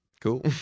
Cool